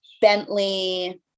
Bentley